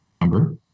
number